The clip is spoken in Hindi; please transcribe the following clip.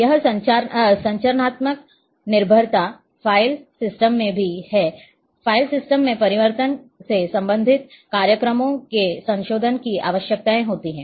यह संरचनात्मक निर्भरता फ़ाइल सिस्टम में भी है फ़ाइल सिस्टम में परिवर्तन से संबंधित कार्यक्रमों के संशोधन की आवश्यकता होती है